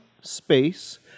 space